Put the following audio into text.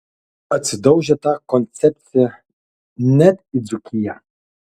atsidaužė ta koncepcija net į dzūkiją